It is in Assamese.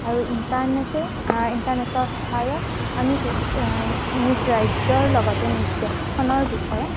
আৰু ইণ্টাৰনেটে ইণ্টাৰনেটৰ সহায়ত আমি নিজ ৰাজ্যৰ লগতে নিজ দেশখনৰ বিষয়ে